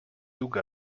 took